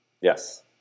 Yes